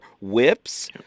Whips